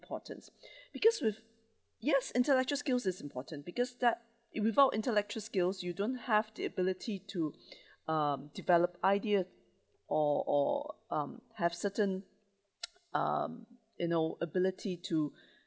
importance because with yes intellectual skills is important because that if without intellectual skills you don't have the ability to um develop idea or or um have certain um you know ability to